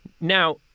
Now